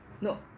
No